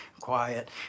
quiet